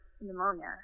pneumonia